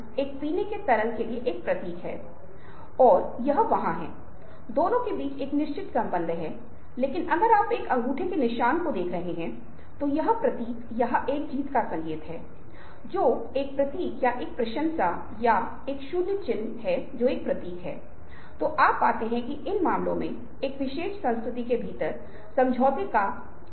यह एक तरह का अनुनय है यह एक परिप्रेक्ष्य का विषय है कि आप चीजों को कैसे लेते हैं लेकिन आप इसे एक अलग तरीके से कर पाएंगे मेरा मतलब है कि यह आपका उद्देश्य है या आपका व्यक्तिपरक रवैया है लेकिन यहाँ पर मूल रूप से शामिल मुद्दा यह है कि अनुनय होता है क्योंकि अर्जुन किसी न किसी तरह से समझा है कि भगवान कृष्ण जो कुछ भी कह रहे हैं वह सत्य है